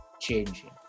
changing